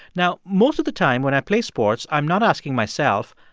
now, most of the time, when i play sports, i'm not asking myself,